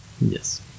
Yes